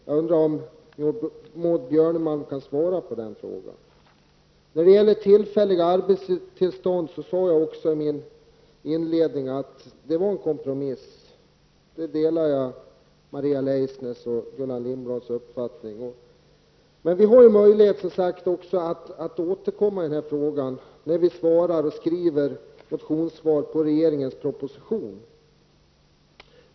Jag undrar om Maud Björnemalm kan svara på den frågan. Jag sade också i mitt inledningsanförande att de tillfälliga arbetstillstånden var en kompromiss. Där delar jag Maria Leissners och Gullan Lindblads uppfattning. Men vi har som sagt också möjlighet att återkomma i den frågan när vi skriver motioner med anledning av regeringens proposition.